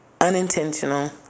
Unintentional